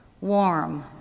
warm